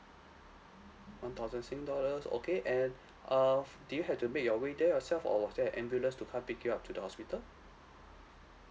one thousand sing dollars okay and uh did you have to make your way there yourself or was there an ambulance to come pick you up to the hospital